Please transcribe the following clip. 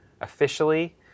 officially